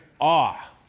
awe